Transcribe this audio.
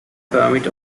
permit